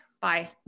bye